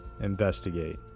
investigate